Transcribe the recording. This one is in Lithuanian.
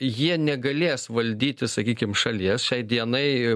jie negalės valdyti sakykim šalies šiai dienai